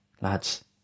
lads